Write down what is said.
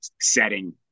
setting